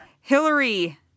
Hillary